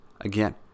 Again